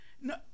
No